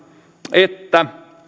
että